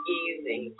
easy